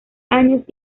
años